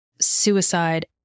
suicide